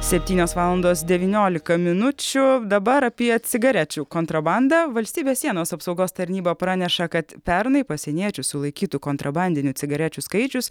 septynios valandos devyniolika minučių dabar apie cigarečių kontrobandą valstybės sienos apsaugos tarnyba praneša kad pernai pasieniečių sulaikytų kontrabandinių cigarečių skaičius